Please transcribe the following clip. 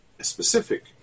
specific